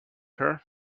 her